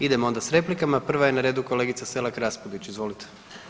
Idemo onda s replikama, prva je na redu kolegica Selak Raspudić, izvolite.